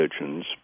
religions